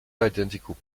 identical